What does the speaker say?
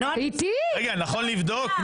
על מה הם ידברו?